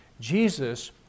Jesus